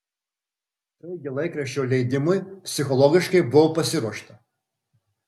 taigi laikraščio leidimui psichologiškai buvo pasiruošta